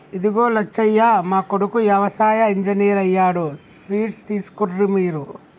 ఇదిగో లచ్చయ్య మా కొడుకు యవసాయ ఇంజనీర్ అయ్యాడు స్వీట్స్ తీసుకోర్రి మీరు